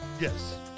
Yes